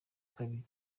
kabiri